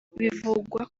bivugwa